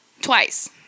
Twice